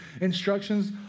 instructions